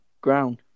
ground